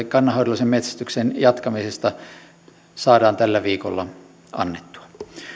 kannanhoidollisen metsästyksen jatkamisesta saadaan tällä viikolla annettua